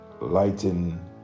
lighting